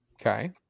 Okay